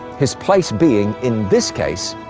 his place being, in this case,